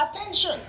attention